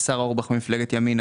להביא דבר הזה שהוא מיסיון אלינו?